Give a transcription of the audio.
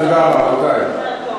תודה, רבותי.